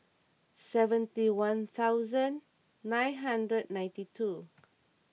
seventy one thousand nine hundred ninety two